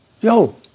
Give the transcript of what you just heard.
Yo